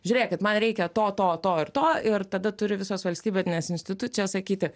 žiūrėkit man reikia to to to ir to ir tada turi visos valstybinės institucijos sakyti